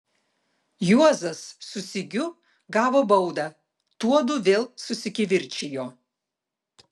juozas su sigiu gavo baudą tuodu vėl susikivirčijo